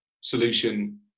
solution